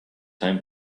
time